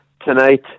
tonight